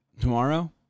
Tomorrow